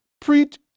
preach